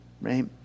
right